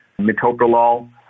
metoprolol